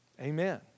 Amen